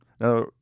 Now